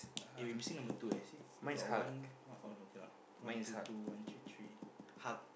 eh we missing number two eh see here got one oh no okay lah one two two one three three ha~